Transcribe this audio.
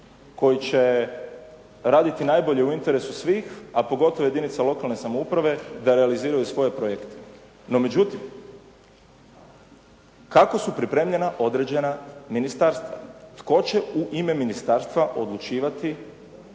koji će raditi najbolje u interesu svih, a pogotovo jedinice lokalne samouprave da realiziraju svoje projekte. No, međutim, kako su pripremljena određena ministarstva? Tko će u ime ministarstva odlučivati